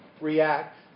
react